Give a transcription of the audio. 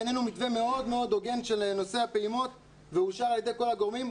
בנינו מתווה מאוד הוגן של נושא הפעימות והוא אושר על ידי כל הגורמים.